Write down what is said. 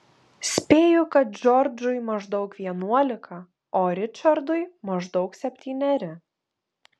spėju kad džordžui maždaug vienuolika o ričardui maždaug septyneri